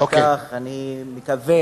ואחר כך, אני מקווה,